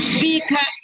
Speaker